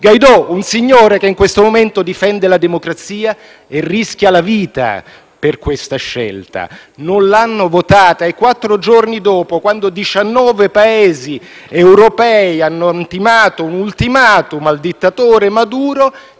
Guaidó, un signore che in questo momento difende la democrazia e rischia la vita per questa scelta. Non l'hanno votata e quattro giorni dopo, quando 19 Paesi europei hanno intimato un *ultimatum* al dittatore Maduro,